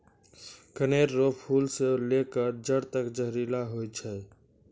कनेर रो फूल से लेकर जड़ तक जहरीला होय छै